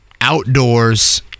outdoors